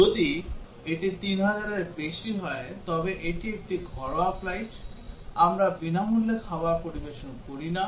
যদি এটি 3000 এর বেশি হয় তবে এটি একটি ঘরোয়া ফ্লাইট আমরা বিনামূল্যে খাবার পরিবেশন করি না